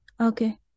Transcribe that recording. okay